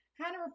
Hannah